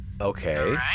Okay